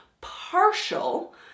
partial